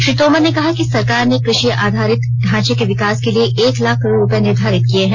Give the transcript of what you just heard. श्री तोमर ने कहा कि सरकार ने कृषि आधारति ढांचे के विकास के लिए एक लाख करोड़ रुपये निर्धारित किए हैं